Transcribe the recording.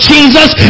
Jesus